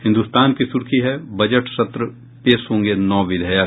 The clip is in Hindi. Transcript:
हिन्दुस्तान की सुर्खी है बजट सत्र पेश होंगे नौ विधेयक